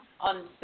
on